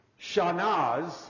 shanaz